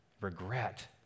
regret